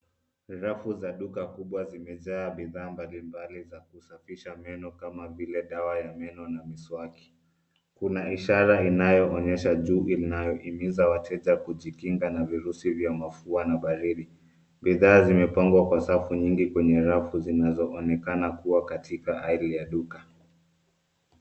Rafu za duka kubwa zimejaa bidhaa mbalimbali za kusafisha meno kama vile dawa ya meno na mswaki. Kuna ishara inayoonyesha juu inayohimiza wateja kujikinga na virusi vya mapua na baridi. Bidhaa zimepangwa kwa safu kwenye rafu zinazoonekana kua katika airi ya duka.